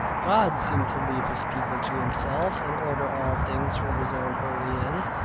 god seemed to leave his people to themselves, and order all things for his own holy ends.